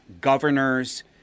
governors